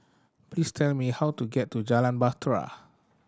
please tell me how to get to Jalan Bahtera